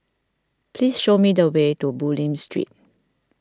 please show me the way to Bulim Street